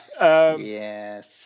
Yes